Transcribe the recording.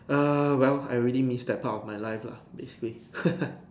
err well I already missed that part of my life lah basically